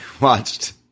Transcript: watched